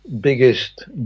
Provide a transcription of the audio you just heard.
biggest